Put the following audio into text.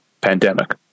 pandemic